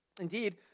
Indeed